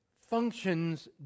functions